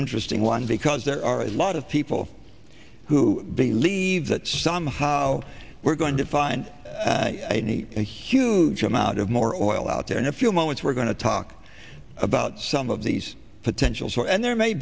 interesting one because there are a lot of people who believe that somehow we're going to find a huge amount of more oil out there in a few moments we're going to talk about some of these potential for and there may